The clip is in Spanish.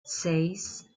seis